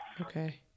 Okay